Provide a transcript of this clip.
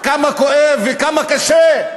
כמה כואב וכמה קשה?